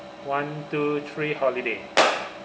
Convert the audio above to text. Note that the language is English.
one two three holiday